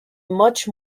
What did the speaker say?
much